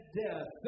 death